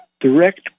direct